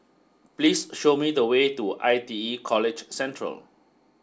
please show me the way to I T E College Central